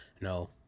No